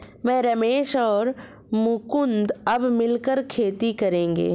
मैं, रमेश और मुकुंद अब मिलकर खेती करेंगे